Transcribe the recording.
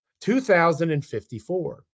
2054